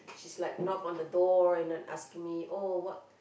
she's like knock on the door and then asking me oh what